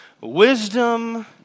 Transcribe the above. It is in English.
wisdom